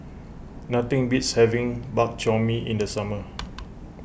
nothing beats having Bak Chor Mee in the summer